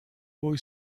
boy